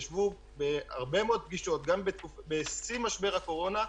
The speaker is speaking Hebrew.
הם ישבו בהרבה מאוד פגישות, גם בשיא משבר הקורונה,